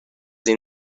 این